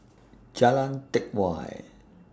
Jalan Teck Whye